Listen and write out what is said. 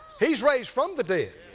he's raised from the dead.